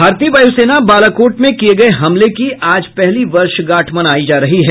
भारतीय वायूसेना बालाकोट में किए गए हमले की आज पहली वर्षगांठ मनायी जा रही है